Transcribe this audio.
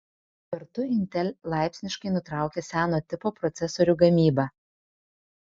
kartu intel laipsniškai nutraukia seno tipo procesorių gamybą